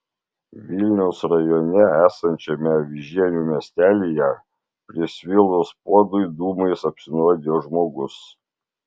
vilniaus rajone esančiame avižienių miestelyje prisvilus puodui dūmais apsinuodijo žmogus